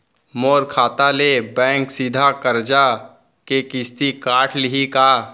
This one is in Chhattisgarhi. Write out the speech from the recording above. मोर खाता ले बैंक सीधा करजा के किस्ती काट लिही का?